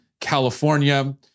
California